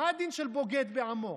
מה הדין של בוגד בעמו?